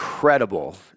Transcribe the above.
Incredible